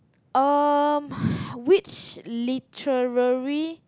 um which literary